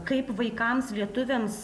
kaip vaikams lietuviams